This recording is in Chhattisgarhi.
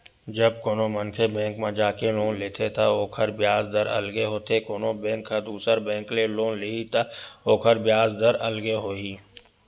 जब कोनो मनखे बेंक म जाके लोन लेथे त ओखर बियाज दर अलगे होथे कोनो बेंक ह दुसर बेंक ले लोन लिही त ओखर बियाज दर अलगे होही